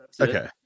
okay